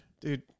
Dude